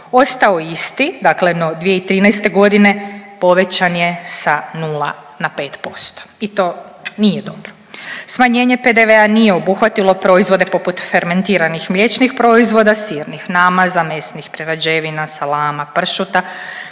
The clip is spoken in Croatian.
ostao isti, dakle 2013. godine povećan je sa 0 na 5% i to nije dobro. Smanjenje PDV-a nije obuhvatilo proizvode poput fermetiranih mliječnih proizvoda, sirnih namaza, mesnih prerađevina, salama, pršuta